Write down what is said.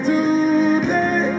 Today